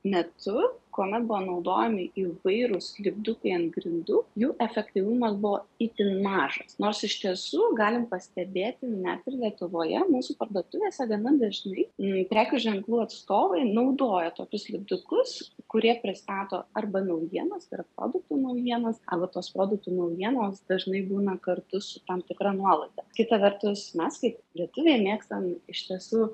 metu kuomet buvo naudojami įvairūs lipdukai ant grindų jų efektyvumas buvo itin mažas nors iš tiesų galim pastebėti net ir lietuvoje mūsų parduotuvėse gana dažnai prekių ženklų atstovai naudoja tokius lipdukus kurie pristato arba naujienas tai yra produktų naujienas arba tos produktų naujienos dažnai būna kartu su tam tikra nuolaida kita vertus mes kaip lietuviai mėgstam iš tiesų